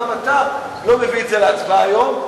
גם אתה לא מביא את זה להצבעה היום,